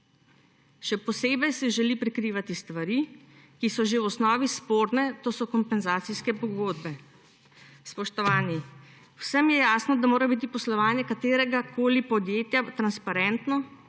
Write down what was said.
Še posebej si želi prikrivati stvari, ki so že v osnovi sporne, to so kompenzacijske pogodbe. Spoštovani, vsem je jasno, da mora biti poslovanje kateregakoli podjetja transparentno,